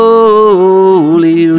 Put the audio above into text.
Holy